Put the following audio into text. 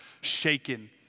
shaken